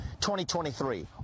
2023